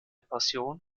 passion